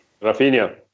Rafinha